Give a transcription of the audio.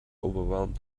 overwhelmed